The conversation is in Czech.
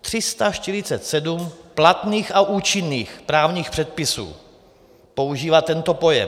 347 platných a účinných právních předpisů používá tento pojem.